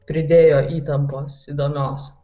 pridėjo įtampos įdomios